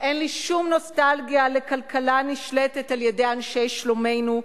אין לי שום נוסטלגיה לכלכלה הנשלטת על-ידי אנשי שלומנו,